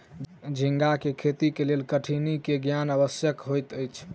झींगाक खेती के लेल कठिनी के ज्ञान आवश्यक होइत अछि